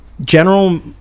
General